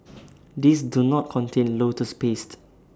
these do not contain lotus paste